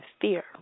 fear